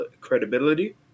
credibility